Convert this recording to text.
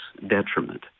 detriment